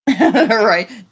right